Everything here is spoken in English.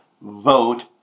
vote